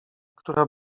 która